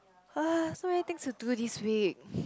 !uh! so many things to do this week